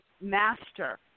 master